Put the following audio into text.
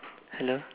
hello